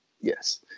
yes